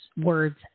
Words